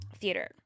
theater